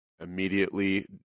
immediately